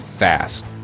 fast